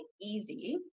easy